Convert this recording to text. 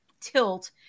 tilt